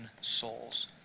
souls